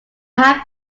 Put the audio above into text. had